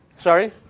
Sorry